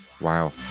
Wow